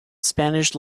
spanish